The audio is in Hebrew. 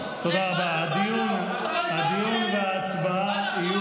שהם יצטרפו להצבעה הזו,